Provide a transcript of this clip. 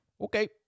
okay